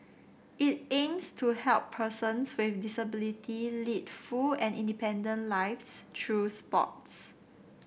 it aims to help persons with disability lead full and independent lives through sports